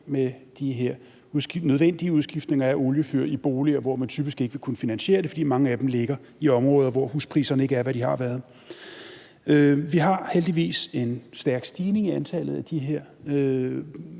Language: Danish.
med de her nødvendige udskiftninger af oliefyr i boliger, hvor man typisk ikke vil kunne finansiere det, fordi mange af dem ligger i områder, hvor huspriserne ikke er, hvad de har været. Vi har heldigvis en stærk stigning i antallet af de her